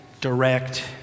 direct